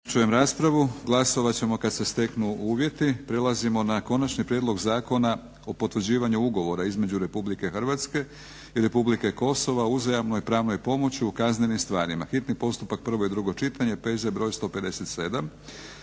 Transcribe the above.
**Batinić, Milorad (HNS)** Prelazimo na - Konačni prijedlog Zakona o potvrđivanju Ugovora između Republike Hrvatske i Republike Kosova o uzajamnoj pravnoj pomoći u kaznenim stvarima, hitni postupak, prvo i drugo čitanje, P.Z. br. 157.